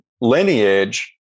lineage